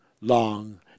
long